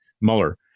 Mueller